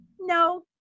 No